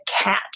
cat